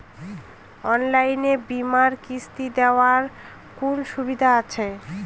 অনলাইনে বীমার কিস্তি দেওয়ার কোন সুবিধে আছে?